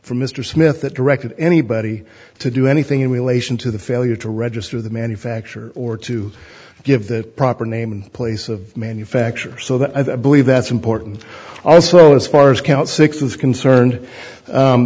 for mr smith that directed anybody to do anything in relation to the failure to register the manufacture or to give the proper name and place of manufacture so that i believe that's important also as far as count six was concerned